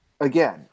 again